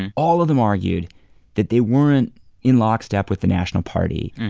and all of them argued that they weren't in lockstep with the national party,